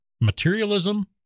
materialism